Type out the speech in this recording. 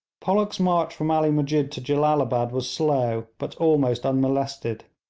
pollock's march from ali musjid to jellalabad was slow, but almost unmolested.